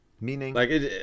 Meaning